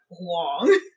long